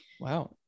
Wow